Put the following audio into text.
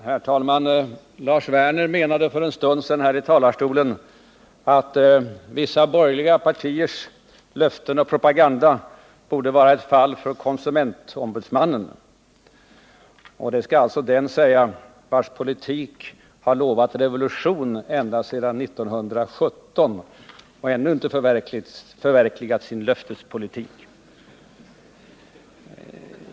Herr talman! Lars Werner menade för en stund sedan här i talarstolen att vissa borgerliga partiers löften och propaganda borde vara ett fall för konsumentombudsmannen. Och det skall alltså den säga, vars politik har lovat revolution ända sedan 1917 och ännu inte förverkligat sin löftespolitik.